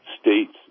states